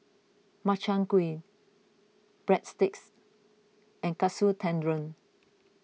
Makchang Gui Breadsticks and Katsu Tendon